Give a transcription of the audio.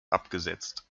abgesetzt